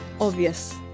obvious